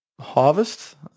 harvest